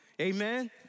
Amen